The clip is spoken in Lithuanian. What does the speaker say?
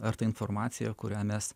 ar ta informacija kurią mes